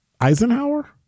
Eisenhower